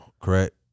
correct